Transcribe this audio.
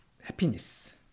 happiness